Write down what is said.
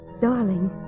Darling